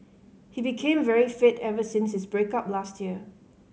he became very fit ever since his break up last year